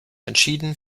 entschieden